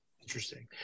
Interesting